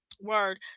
word